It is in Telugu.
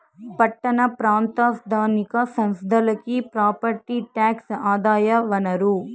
పట్టణ ప్రాంత స్థానిక సంస్థలకి ప్రాపర్టీ టాక్సే ఆదాయ వనరు